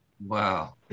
Wow